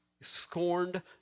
scorned